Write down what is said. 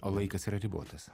o laikas yra ribotas